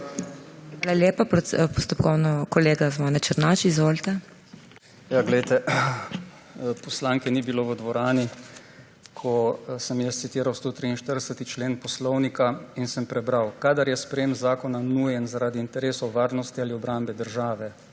Hvala lepa. Postopkovno, kolega Zvone Černač. Izvolite. ZVONKO ČERNAČ (PS SDS): Poglejte, poslanke ni bilo v dvorani, ko sem jaz citiral 143. člen Poslovnika in sem prebral: »Kadar je sprejem zakona nujen zaradi interesov varnosti ali obrambe države«,